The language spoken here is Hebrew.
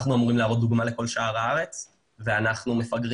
אנחנו אמורים להוות דוגמה לכל שאר הארץ אבל אנחנו פגרים